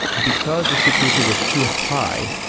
because the security was too high,